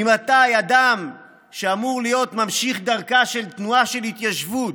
ממתי אדם שאמור להיות ממשיך דרכה תנועה של התיישבות,